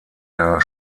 der